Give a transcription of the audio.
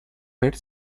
per